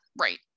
Right